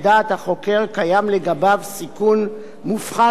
סיכון מופחת לביצוע עבירות עתידיות.